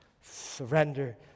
Surrender